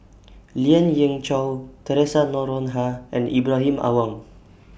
Lien Ying Chow Theresa Noronha and Ibrahim Awang